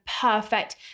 perfect